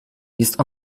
jest